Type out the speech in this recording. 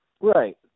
Right